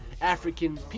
African